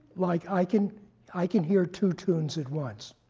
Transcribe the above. like i can i can hear two tunes at once,